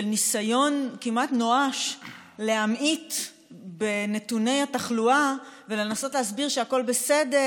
של ניסיון כמעט נואש להמעיט בנתוני התחלואה ולנסות להסביר שהכול בסדר,